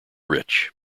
rich